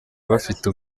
bafite